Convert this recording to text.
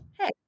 hey